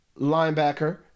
linebacker